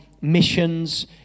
missions